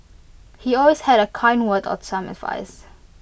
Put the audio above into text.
he always had A kind word or some advice